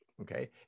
Okay